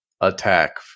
attack